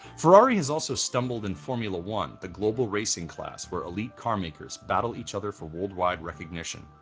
ferrari has also stumbled in formula one, the global racing class where elite carmakers battle each other for worldwide recognition.